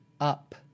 up